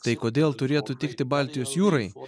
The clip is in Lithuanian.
tai kodėl turėtų tikti baltijos jūrai o